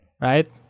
right